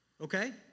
Okay